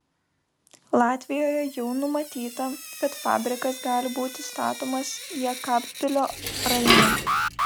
latvijoje jau numatyta kad fabrikas gali būti statomas jekabpilio rajone